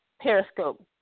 Periscope